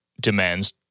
demands